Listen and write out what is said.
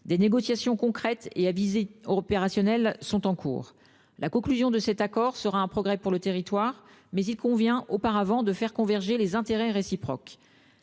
Des négociations concrètes et à visée opérationnelle sont en cours. La conclusion de cet accord constituera un progrès pour le territoire, mais il conviendra auparavant de faire converger des intérêts réciproques.